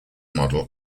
model